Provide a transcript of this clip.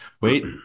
Wait